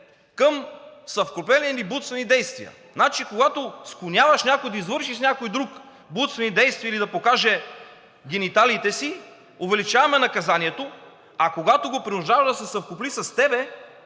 към съвкупление или блудствени действия. Значи, когато склоняваш някой да извърши с някой друг блудствени действия или да покаже гениталиите си, увеличаваме наказанието, а когато го принуждаваш да се съвкупи с теб,